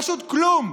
פשוט כלום.